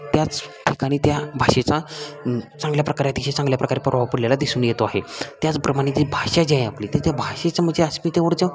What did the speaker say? त्याच ठिकाणी त्या भाषेचा चांगल्या प्रकारे तिचे चांगल्या प्रकारे प्रभाव पडलेला दिसून येतो आहे त्याचप्रमाणे जी भाषा जे आहे आपली तर त्या भाषेचं म्हणजे अस्मितेवरच्या